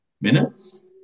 minutes